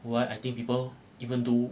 why I think people even though